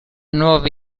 nuova